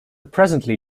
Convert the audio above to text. presently